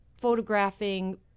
photographing